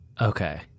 okay